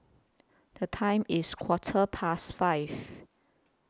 The Time IS Quarter Past five